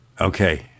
Okay